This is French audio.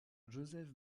joseph